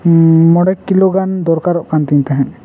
ᱢᱚᱬᱮ ᱠᱤᱞᱟᱹ ᱜᱟᱱ ᱫᱚᱨᱠᱟᱨᱚᱜ ᱠᱟᱱ ᱛᱤᱧ ᱛᱟᱦᱮᱸ